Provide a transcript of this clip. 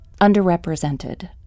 underrepresented